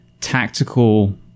tactical